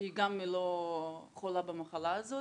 היא גם לא חולה במחלה הזאת,